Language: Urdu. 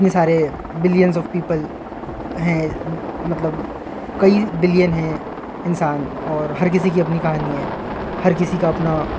اتنے سارے بلینس آف پیپل ہیں مطلب کئی بلین ہیں انسان اور ہر کسی کی اپنی کہانی ہے ہر کسی کا اپنا